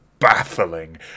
baffling